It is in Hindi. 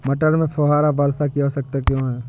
मटर में फुहारा वर्षा की आवश्यकता क्यो है?